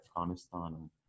afghanistan